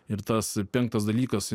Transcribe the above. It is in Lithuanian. ir tas penktas dalykas